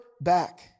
back